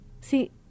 See